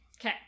Okay